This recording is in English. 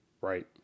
Right